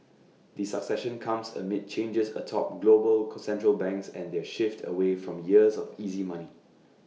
the succession comes amid changes atop global central banks and their shift away from years of easy money